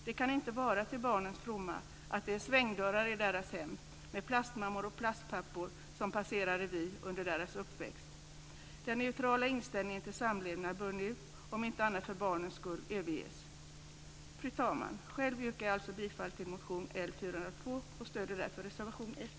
Det kan inte vara till barnens fromma att det är svängdörrar i deras hem med plastmammor och plastpappor som passerar revy under deras uppväxt. Den neutrala inställningen till samlevnad bör nu, om inte annat så för barnens skull, överges. Fru talman! Jag yrkar bifall till motion L402 och stöder därför reservation 8.